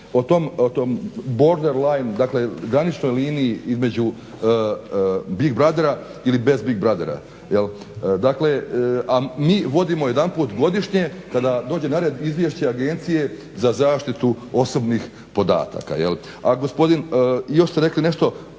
o tom border line, dakle graničnoj liniji između Big Brothera ili bez Big Brothera. A mi vodimo jedanput godišnje kada dođe na red izvješće Agencije za zaštitu osobnih podataka. I još ste rekli nešto,